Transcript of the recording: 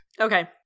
okay